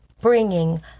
bringing